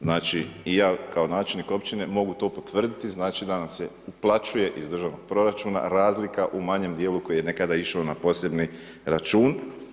Znači i ja kao načelnik općine mogu to potvrditi, znači da nam se uplaćuje iz državnog proračuna razlika u manjem dijelu koji je nekada išao na posebni račun.